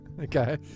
Okay